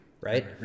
Right